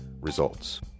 Results